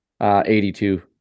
82